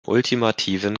ultimativen